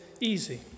easy